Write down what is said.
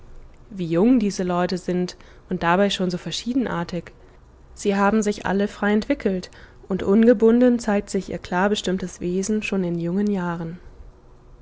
wie jung diese leute sind und dabei schon so verschiedenartig sie haben sich alle frei entwickelt und ungebunden zeigt sich ihr klar bestimmtes wesen schon in jungen jahren